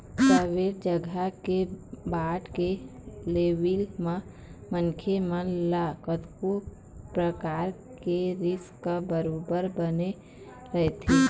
private जघा के bond के लेवई म मनखे मन ल कतको परकार के रिस्क बरोबर बने रहिथे